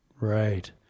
Right